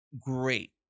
Great